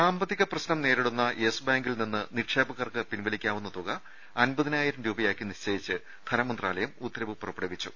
സാമ്പത്തിക പ്രശ്നം നേരിടുന്ന യെസ് ബാങ്കിൽ നിന്ന് നിക്ഷേപർക്ക് പിൻവലിക്കാവുന്ന തുക അൻപതിനായിരം രൂപയാക്കി നിശ്ചയിച്ച് ധനമന്ത്രാലയം ഉത്തരവ് പുറപ്പെടുവിച്ചു